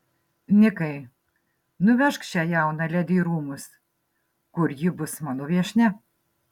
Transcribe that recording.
nikai nuvežk šią jauną ledi į rūmus kur ji bus mano viešnia